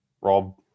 Rob